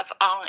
on